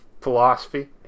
philosophy